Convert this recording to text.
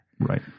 Right